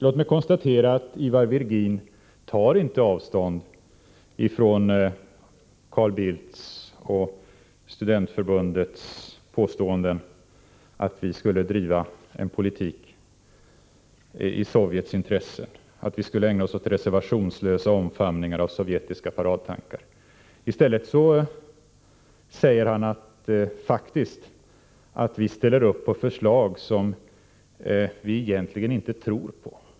Låt mig konstatera att Ivar Virgin inte tar avstånd från Carl Bildts och studentförbundets påståenden att vi skulle driva en politik i Sovjets intressen och att vi ägnar oss åt reservationslösa omfamningar av sovjetiska paradtankar. I stället säger han faktiskt att vi ställer upp på förslag som vi egentligen inte tror på.